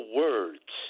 words